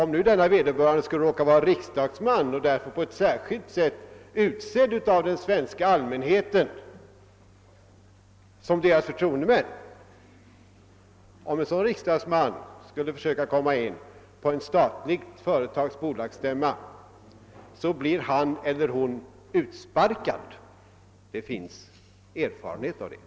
Skulle vederbörande försöka komma in på en statlig bolagsstämma, blir han eller hon — om han t.ex. råkar vara ledamot av riksdagen och i denna egenskap utsedd som den svenska allmänhetens förtroendeman — utsparkad. Det finns erfarenhet av detta.